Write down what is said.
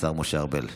השר משה ארבל.